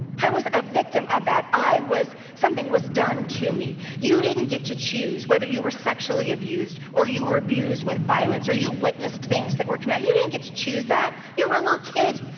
i was a victim of that. i was, something was done to me. you didn't get to choose whether you were sexually abused, or you were abused with violence, or you witnessed things that were traumatic. you didn't get to choose that. you were a little kid,